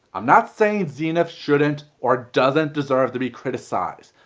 i'm not saying zenith shouldn't or doesn't deserve to be criticized,